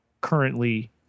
currently